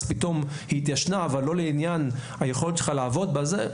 אז פתאום היא התיישנה אבל לא לעניין היכולת שלך לעבוד בזה?